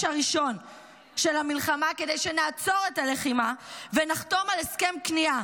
הראשון של המלחמה כדי שנעצור את הלחימה ונחתום על הסכם כניעה,